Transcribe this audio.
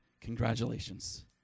Congratulations